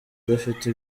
adafite